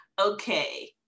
okay